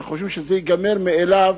וחושבים שזה ייגמר מאליו,